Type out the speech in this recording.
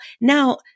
Now